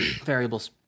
variables